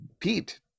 pete